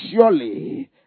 surely